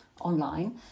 online